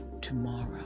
tomorrow